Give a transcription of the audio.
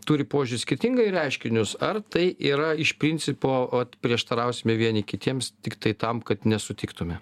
turi požiūrį skirtingą į reiškinius ar tai yra iš principo vat prieštarausime vieni kitiems tiktai tam kad nesutiktume